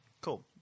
Cool